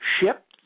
shipped